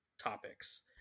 topics